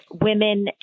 women